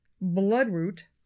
Bloodroot